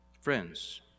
Friends